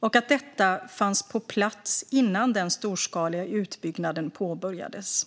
och att detta fanns på plats innan den storskaliga utbyggnaden påbörjades.